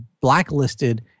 blacklisted